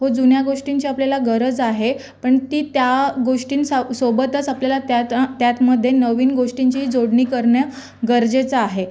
व जुन्या गोष्टींची आपल्याला गरज आहे पण ती त्या गोष्टींचा सोबतच आपल्याला त्या त्या त्यामध्ये नवीन गोष्टींची जोडणी करणं गरजेचं आहे